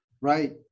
Right